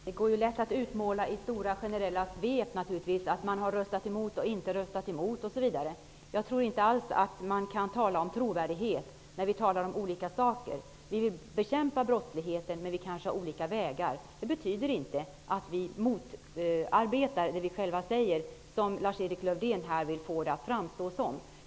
Herr talman! Det går lätt att i stora generella svep utmåla att vi har röstat emot olika förslag. Jag tror inte att man kan tala om trovärdighet här. Vi talar om olika saker. Vi vill bekämpa brottsligheten, men vi kanske har olika vägar dit. Det betyder inte att vi motarbetar det vi själva säger, som Lars-Erik Lövdén vill få det att framstå som.